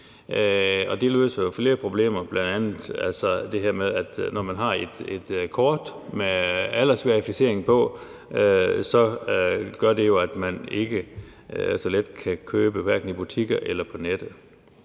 Det løser flere problemer, for når man har et kort med aldersverificering, gør det jo, at man ikke så let kan købe hverken i butikker eller på nettet.